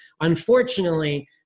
unfortunately